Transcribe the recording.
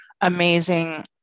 amazing